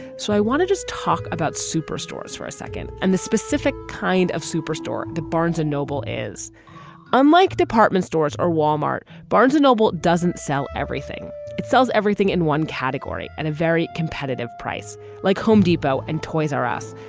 so i want to just talk about superstorms for a second and the specific kind of superstore the barnes and noble is unlike department stores or wal-mart, barnes noble doesn't sell everything it sells everything in one category and a very competitive price like home depot and toys r us,